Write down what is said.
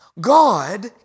God